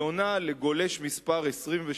היא עונה לגולש מס' 23,